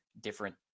different